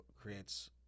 creates